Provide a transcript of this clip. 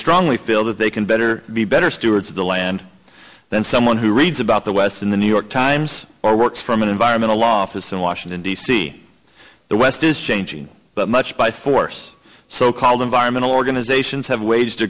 strongly feel that they can better be better stewards of the land than someone who reads about the west in the new york times or works from an environmental law office in washington d c the west is changing but much by force so called environmental organizations have waged